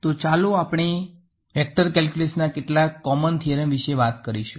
તો ચાલો આપણે વેક્ટર કેલ્ક્યુલસ ના કેટલાક કોમન થિયરમ વિશે વાત કરીશુ